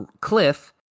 Cliff